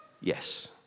Yes